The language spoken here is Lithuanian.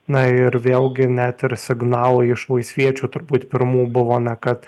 na ir vėlgi net ir signalų iš laisviečių turbūt pirmų buvo na kad